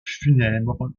funèbres